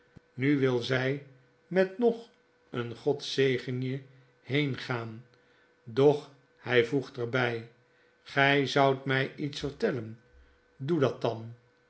nu wil zy met nog een god zegen je heen gaan doch hy voegt er bij gy zoudt mjj iets vertellen doe dat dan